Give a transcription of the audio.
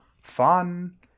Fun